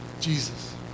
Jesus